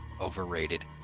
Overrated